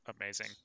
amazing